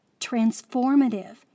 transformative